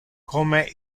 come